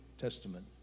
testament